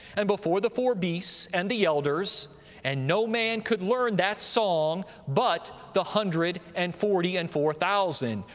and before the four beasts, and the elders and no man could learn that song but the hundred and forty and four thousand,